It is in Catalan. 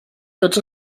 tots